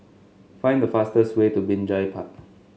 find the fastest way to Binjai Park